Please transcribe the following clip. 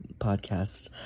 podcast